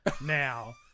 now